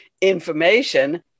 information